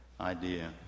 idea